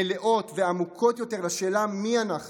מלאות ועמוקות יותר לשאלות מי אנחנו